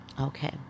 Okay